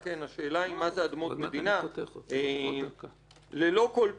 השאלה היא מה זה אדמות מדינה ללא כל פיקוח.